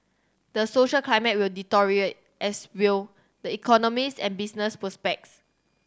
the social climate will deteriorate as will the economies and business prospects